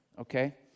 Okay